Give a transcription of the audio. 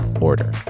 order